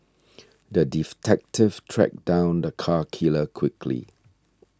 the tracked down the cat killer quickly